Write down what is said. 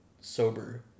sober